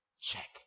check